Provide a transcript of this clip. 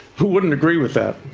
who wouldn't agree with that,